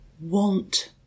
want